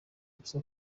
ubusa